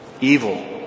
evil